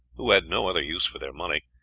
who had no other use for their money,